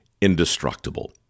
indestructible